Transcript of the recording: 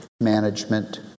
management